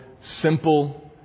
simple